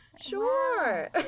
Sure